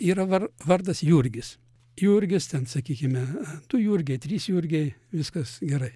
yra var vardas jurgis jurgis ten sakykime du jurgi trys jurgiai viskas gerai